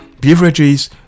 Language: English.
beverages